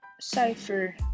cipher